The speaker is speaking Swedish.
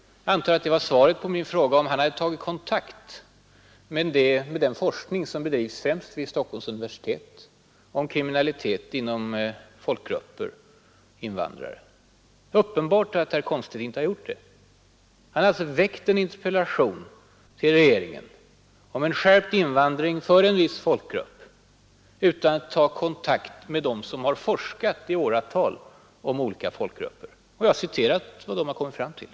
Jag antar att det var svaret på min fråga om herr Komstedt hade tagit kontakt med den forskning som bedrivs, främst vid Stockholms universitet, om kriminalitet inom vissa folkgrupper och bland invandrare. Det är uppenbart att herr Komstedt inte har gjort det. Han har alltså framställt en interpellation till regeringen om en skärpt invandringskontroll för en viss folkgrupp utan att ta kontakt med dem som har forskat i åratal om olika folkgrupper. Jag har citerat vad dessa forskare kommit fram till.